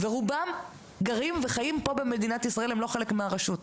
ורובם גרים וחיים פה במדינת ישראל והם לא חלק מהרשות.